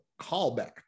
callback